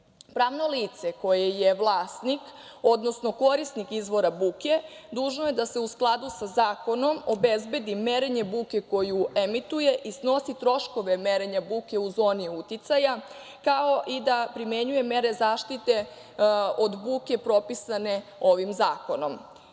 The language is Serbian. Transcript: Pravno lice koje je vlasnik, odnosno korisnik izvora buke dužno je da se u skladu sa zakonom obezbedi merenje buke koju emituje i snosi troškove merenja buke u zoni uticaja, kao i da primenjuje mere zaštite od buke propisane ovim